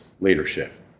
leadership